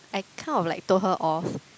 I kind of like told her off